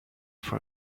for